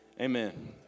Amen